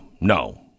no